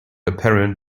apparent